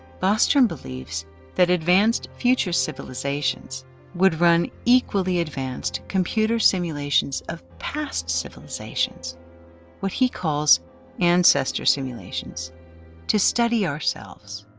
bostrom believes that advanced future civilizations would run equally advanced computer simulations of past civilizations what he calls ancestor simulations to study ourselves.